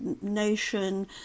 nation